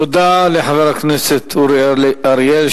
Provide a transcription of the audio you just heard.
תודה לחבר הכנסת אורי אריאל,